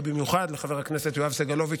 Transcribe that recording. ובמיוחד לחבר הכנסת יואב סגלוביץ',